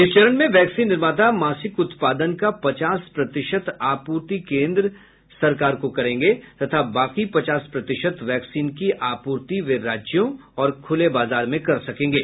इस चरण में वैक्सीन निर्माता मासिक उत्पादन का पचास प्रतिशत आपूर्ति केन्द्र सरकार को करेंगे तथा बाकी पचास प्रतिशत वैक्सीन की आपूर्ति वे राज्यों और खुले बाजार में कर सकेंगे